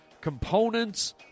components